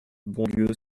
bonlieu